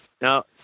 Now